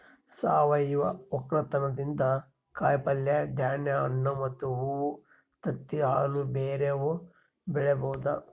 ಸಾವಯವ ವಕ್ಕಲತನದಿಂದ ಕಾಯಿಪಲ್ಯೆ, ಧಾನ್ಯ, ಹಣ್ಣು, ಹೂವ್ವ, ತತ್ತಿ, ಹಾಲು ಬ್ಯೆರೆವು ಬೆಳಿಬೊದು